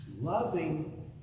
Loving